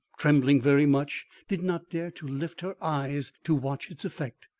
trembling very much, did not dare to lift her eyes to watch its effect,